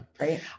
Right